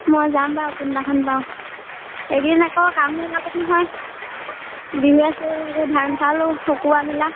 মই যাম বাৰু কোনদিনাখন পাৰো এইকেইদিন আকৌ কামো ওলাব নহয় বিহুৱে চিহুৱে এইবোৰ ধান চাউল শুকুওৱা মেলা